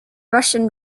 russian